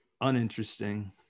uninteresting